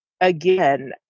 again